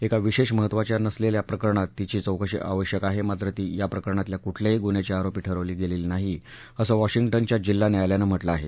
एका विशेष महत्त्वाच्या नसलेल्या प्रकरणात तिची चौकशी आवश्यक आहे मात्र ती या प्रकरणातल्या कुठल्याही गुन्हयाची आरोपी ठरवली गेलेली नाही असं वाशिंग्टनच्या जिल्हा न्यायालयानं म्हटलं आहे